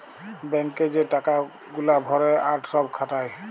bank এ যে টাকা গুলা ভরে আর সব খাটায়